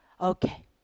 Okay